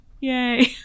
Yay